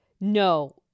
no